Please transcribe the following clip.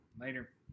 Later